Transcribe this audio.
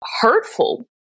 hurtful